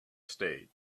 stayed